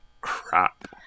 crap